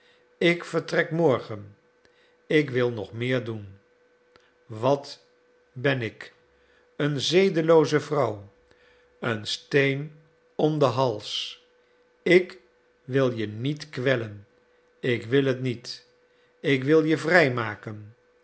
ik vertrek morgen ik wil nog meer doen wat ben ik eene zedelooze vrouw een steen om den hals ik wil je niet kwellen ik wil het niet ik wil je